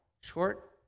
Short